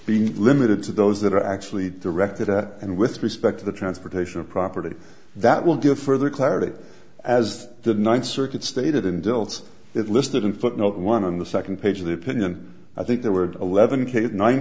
being limited to those that are actually directed at and with respect to the transportation of property that will give further clarity as the ninth circuit stated and builds it listed in footnote one on the second page of the opinion i think there were eleven case nine